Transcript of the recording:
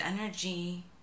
energy